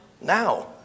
Now